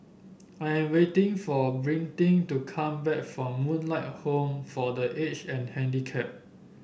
I am waiting for Britni to come back from Moonlight Home for The Aged and Handicapped